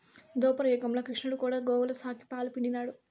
దోపర యుగంల క్రిష్ణుడు కూడా గోవుల సాకి, పాలు పిండినాడు